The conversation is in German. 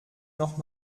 noch